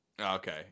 okay